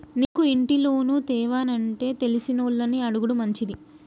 నీకు ఇంటి లోను తేవానంటే తెలిసినోళ్లని అడుగుడు మంచిది